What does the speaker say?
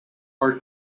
are